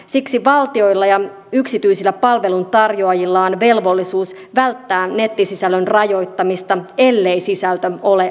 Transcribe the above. siksi valtioilla ja yksityisillä palveluntarjoajilla on velvollisuus välttää nettisisällön rajoittamista ellei sisältö ole lainvastaista